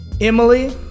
Emily